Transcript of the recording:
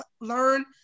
learn